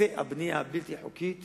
להיקפי הבנייה הבלתי-חוקית